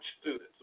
students